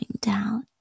down